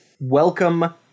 Welcome